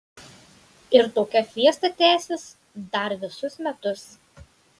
ir tokia fiesta tęsis dar visus metus